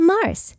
Mars